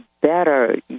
better